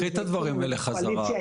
קחי את הדברים האלה חזרה,